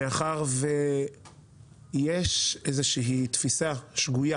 מאחר שיש איזה שהיא תפיסה שגויה